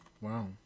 Wow